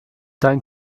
dein